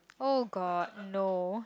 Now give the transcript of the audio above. oh god no